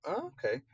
Okay